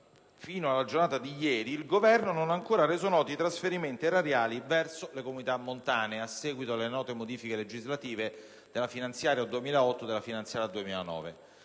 fino alla giornata di ieri il Governo non ha ancora reso noti i trasferimenti erariali verso le Comunità montane, a seguito delle note modifiche legislative delle finanziarie 2008 e 2009.